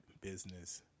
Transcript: business